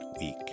week